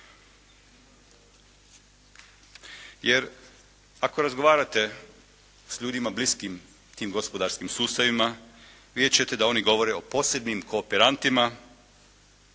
Jer, ako razgovarate s ljudima bliskim tim gospodarskim sustavima, vidjet ćete da oni govore o posebnim kooperantima,